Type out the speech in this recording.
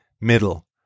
middle